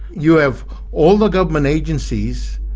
you have all the government agencies.